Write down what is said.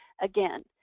again